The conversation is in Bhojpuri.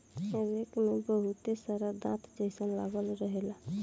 रेक में बहुत सारा दांत जइसन लागल रहेला